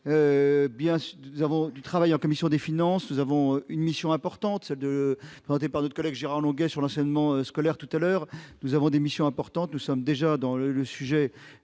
bien sûr, nous avons du travail en commission des finances, nous avons une mission importante, celle de voter par notre collègue Gérard Longuet sur l'enseignement scolaire tout à l'heure, nous avons des missions importantes, nous sommes déjà dans le le sujet